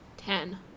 Ten